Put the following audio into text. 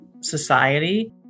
society